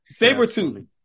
Sabretooth